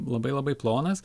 labai labai plonas